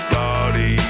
body